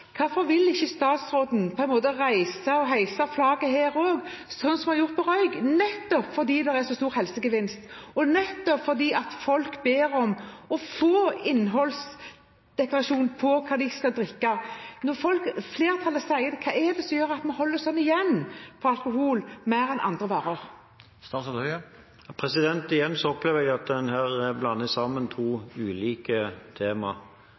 Hvorfor vil ikke statsråden heise flagget her også, som vi har gjort når det gjelder røyk, nettopp fordi det er så stor helsegevinst, og nettopp fordi folk ber om å få en innholdsdeklarasjon på det de skal drikke? Når flertallet sier det, hva gjør at man holder igjen mer på alkohol enn på andre varer? Igjen opplever jeg at en blander sammen to ulike